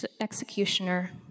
executioner